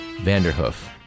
Vanderhoof